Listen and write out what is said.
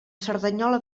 cerdanyola